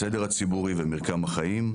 הסדר הציבורי ומרקם החיים,